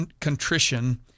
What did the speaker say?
contrition